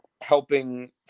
helping